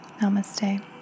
Namaste